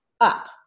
up